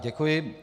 Děkuji.